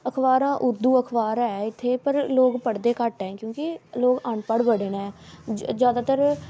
अखबारां उर्दू अखबार ऐ इ'त्थें पर लोग पढ़दे घट्ट ऐ क्योंकि लोग अनपढ़ बडे़ न जादातर